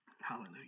Hallelujah